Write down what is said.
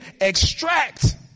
extract